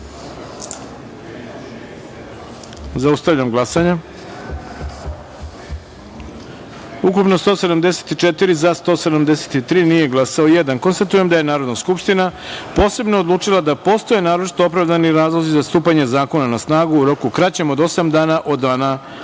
taster. Zaustavljam glasanje: ukupno – 174, za – 173, nije glasalo – jedan. Konstatujem da je Narodna skupština posebno odlučila da postoje naročito opravdani razlozi za stupanje zakona na snagu u roku kraćem od osam dana od dana